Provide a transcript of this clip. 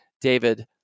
David